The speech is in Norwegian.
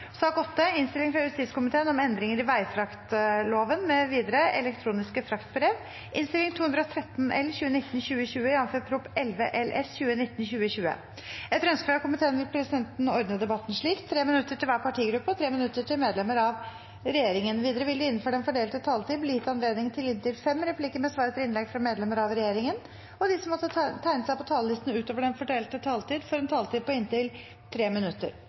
sak nr. 5. Etter ønske fra justiskomiteen vil presidenten ordne debatten slik: 3 minutter til hver partigruppe og 3 minutter til medlemmer av regjeringen. Videre vil det – innenfor den fordelte taletid – bli gitt anledning til inntil fem replikker med svar etter innlegg fra medlemmer av regjeringen, og de som måtte tegne seg på talerlisten utover den fordelte taletid, får en taletid på inntil 3 minutter.